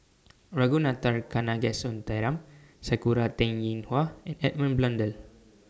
Ragunathar Kanagasuntheram Sakura Teng Ying Hua and Edmund Blundell